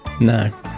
No